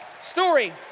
story